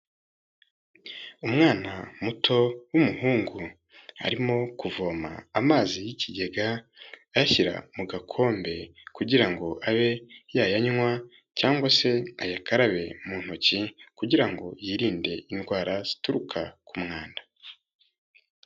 Umwana muto w'umuhungu arimo kuvoma amazi y'ikigega, ayashyira mu gakombe kugira ngo abe yayanywa cyangwa se ayakarabe mu ntoki kugira ngo yirinde indwara zituruka ku mwanda.